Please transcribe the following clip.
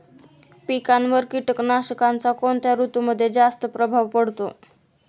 पिकांवर कीटकनाशकांचा कोणत्या ऋतूमध्ये जास्त प्रभाव पडतो?